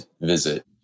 visit